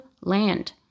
land